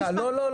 לא,